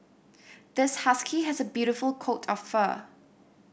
this husky has a beautiful coat of fur